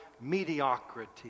mediocrity